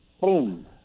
Boom